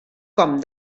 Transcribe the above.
com